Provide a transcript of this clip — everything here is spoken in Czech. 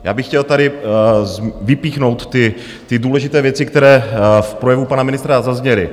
Já bych chtěl tady vypíchnout ty důležité věci, které v projevu pana ministra zazněly.